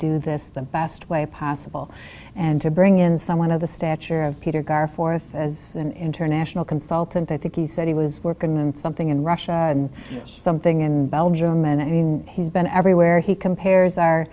do this the best way possible and to bring in someone of the stature of peter gar forth as an international consultant i think he said he was workin in something in russia something in belgium and i mean he's been everywhere he compares